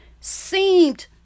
seemed